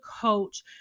coach